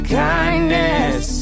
kindness